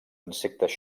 insectes